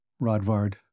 Rodvard